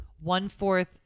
One-fourth